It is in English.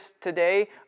today